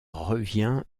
revient